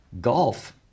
golf